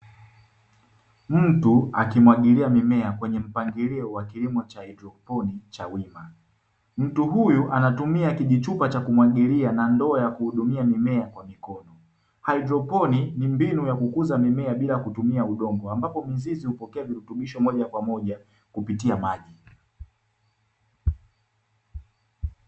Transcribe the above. Mtu akimwagilia mimea kwenye mpangilio wa kilimo cha haidroponi cha wima. Mtu huyu anatumia kijichupa cha kumwagilia na ndoo ya kuhudumia mimea kwa mikono. Haidroponi ni mbinu ya kukuza mimea bila kutumia udongo, ambapo mizizi hupokea virutubisho moja kwa moja kupitia maji.